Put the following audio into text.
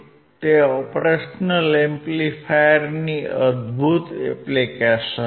તે ઓપરેશનલ એમ્પ્લીફાયરની અદભૂત એપ્લિકેશન છે